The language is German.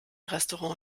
restaurant